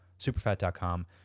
SuperFat.com